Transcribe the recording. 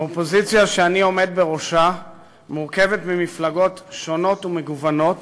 האופוזיציה שאני עומד בראשה מורכבת ממפלגות שונות ומגוונות